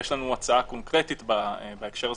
יש לנו הצעה קונקרטית בהקשר הזה,